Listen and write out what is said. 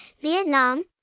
vietnam